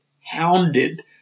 hounded